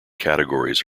categories